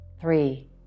Three